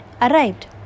arrived